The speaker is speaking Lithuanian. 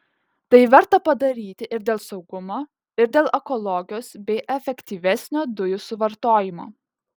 tai verta padaryti ir dėl saugumo ir dėl ekologijos bei efektyvesnio dujų suvartojimo